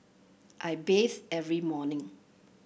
I bathe every morning